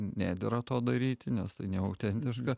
nedera to daryti nes neautentiška